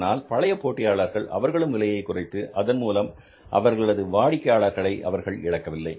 ஆனால் பழைய போட்டியாளர்கள் அவர்களும் விலையை குறைத்து அதன் மூலம் அவர்களது வாடிக்கையாளர்களை அவர்கள் இழக்கவில்லை